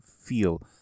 feel